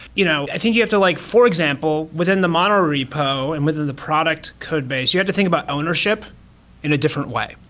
you know i think you have to like, for example, within the mono repo and within the product codebase, you have to think about ownership in a different way.